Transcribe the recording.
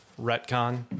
retcon